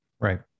Right